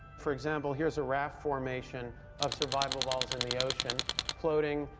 for example, here's a raft formation of survivaballs in the ocean floating,